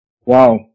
Wow